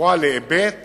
קשורה להיבט